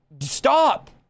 Stop